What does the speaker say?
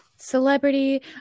Celebrity